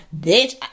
Bitch